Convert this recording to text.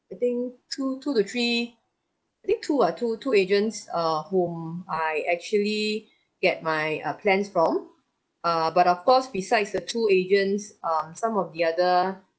I think two two to three I think two uh two two agents uh whom I actually get my uh plans from err but of course besides the two agents uh some of the other